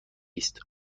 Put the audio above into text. است